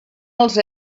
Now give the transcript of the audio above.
els